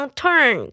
turn